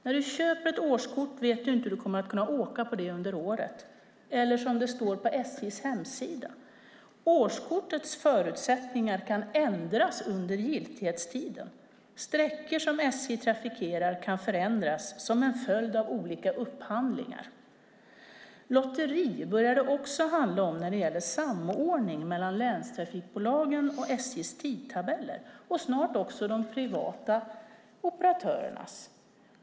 När du köper ett årskort vet du inte om du kommer att kunna åka på det under året, eller som det står på SJ:s hemsida: "Årskortets förutsättningar kan ändras under giltighetstiden. Sträckor som SJ trafikerar kan förändras som en följd av olika upphandlingar." Lotteri börjar det också handla om när det gäller samordning mellan länstrafikbolagen och SJ:s tidtabeller, och snart också de privata operatörernas.